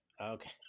Okay